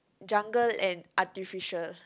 jungle and artificial